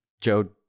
Joe